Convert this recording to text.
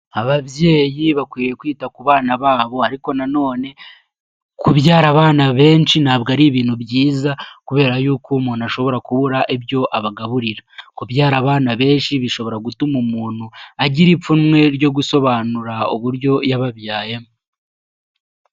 Ababyeyi bakwiye kwita ku bana babo ariko na none kubyara abana benshi ntabwo ari ibintu byiza kubera y'uko umuntu ashobora kubura ibyo abagaburira, kubyara abana benshi bishobora gutuma umuntu agira ipfunwe ryo gusobanura uburyo yababyayemo.